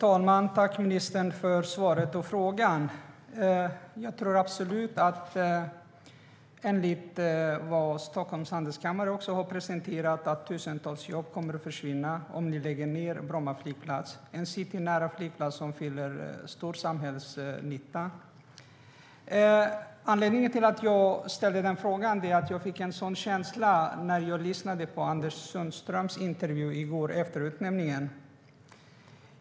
Fru talman! Tack för svaret och för frågan! Enligt vad Stockholms Handelskammare har presenterat kommer tusentals jobb att försvinna om ni lägger ned Bromma flygplats, en citynära flygplats som ger en stor samhällsnytta. Anledningen till att jag ställde frågan är att jag fick en sådan känsla när jag lyssnade på intervjun med Anders Sundström i går efter utnämningen.